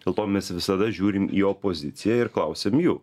dėl to mes visada žiūrim į opoziciją ir klausiam jų